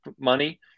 money